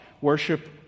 worship